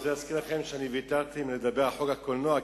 אני רוצה להזכיר לכם שאני ויתרתי לגבי חוק הקולנוע,